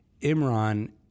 Imran